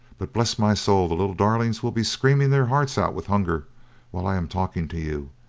but bless my soul, the little darlings will be screaming their hearts out with hunger while i am talking to you,